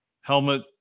helmet